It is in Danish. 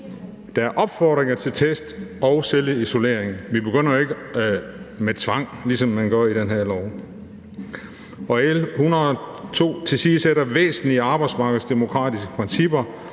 der er opfordringer til test og selvisolering. Vi begynder jo ikke med tvang, ligesom man gør i det her lovforslag. L 102 tilsidesætter væsentlige af arbejdsmarkedets demokratiske principper